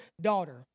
daughter